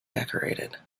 decorated